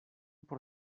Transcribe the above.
por